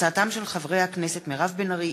הצעתם של חברי הכנסת מירב בן ארי,